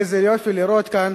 איזה יופי לראות כאן